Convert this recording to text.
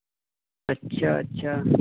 अच्छा अच्छा